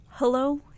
Hello